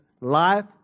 life